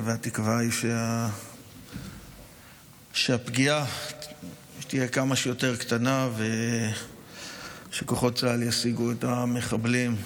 והתקווה שהפגיעה תהיה כמה שיותר קטנה ושכוחות צה"ל ישיגו את המחבלים.